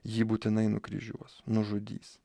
jį būtinai nukryžiuos nužudys